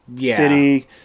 city